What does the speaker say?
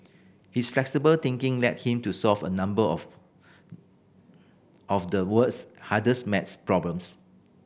his flexible thinking led him to solve a number of of the world's hardest math problems